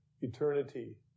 eternity